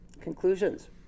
conclusions